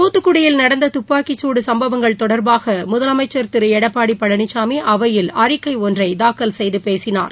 துத்துக்குடியில் நடந்த துப்பாக்கிகுடு சம்பவங்கள் தொடர்பாக முதலமைச்சர் திரு எடப்பாடி பழனிசாமி அவையில் அறிக்கை ஒன்றை தாக்கல் செய்து பேசினார்